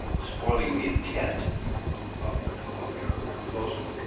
spoiling the intent of of your proposal.